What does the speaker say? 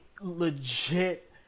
legit